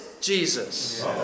Jesus